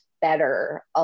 better